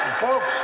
folks